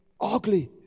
ugly